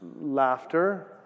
Laughter